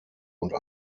und